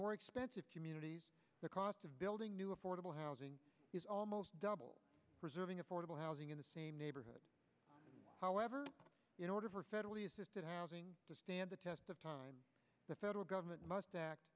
expense the cost of building new affordable housing is almost double preserving affordable housing in the same neighborhood however in order for federally assisted housing to stand the test of time the federal government